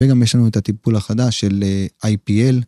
וגם יש לנו את הטיפול החדש של IPL.